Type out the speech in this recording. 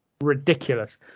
ridiculous